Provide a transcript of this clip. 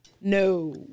No